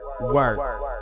work